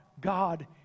God